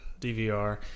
DVR